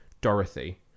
Dorothy